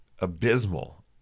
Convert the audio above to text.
abysmal